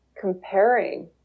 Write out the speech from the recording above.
comparing